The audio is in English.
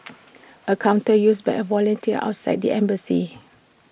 A counter used by A volunteer outside the embassy